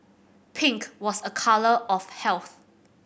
pink was a colour of health